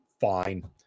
fine